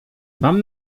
mam